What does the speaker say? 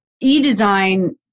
e-design